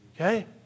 Okay